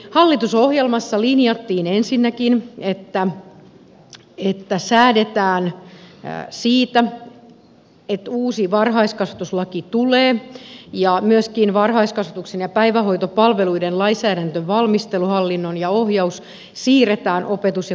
hallitusohjelmassa linjattiin ensinnäkin että säädetään siitä että uusi varhaiskasvatuslaki tulee ja myöskin varhaiskasvatuksen ja päivähoitopalveluiden lainsäädäntövalmistelu hallinto ja ohjaus siirretään opetus ja kulttuuriministeriöön